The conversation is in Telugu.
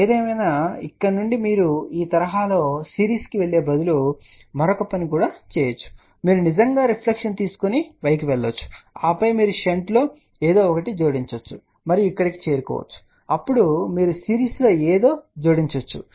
ఏదేమైనా ఇక్కడ నుండి మీరు ఈ తరహాలో సిరీస్కి వెళ్లే బదులు మరొక పని కూడా చేయవచ్చు మీరు నిజంగా రిఫ్లెక్షన్ తీసుకొని y కి వెళ్ళవచ్చు ఆపై మీరు షంట్లో ఏదో ఒకటి జోడించవచ్చు మరియు ఇక్కడకు చేరుకోవచ్చు అప్పుడు మీరు సిరీస్లో ఏదో జోడించవచ్చు